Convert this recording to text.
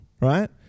Right